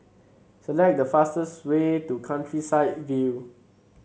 select the fastest way to Countryside View